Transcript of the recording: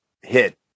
hit